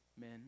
men